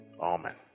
Amen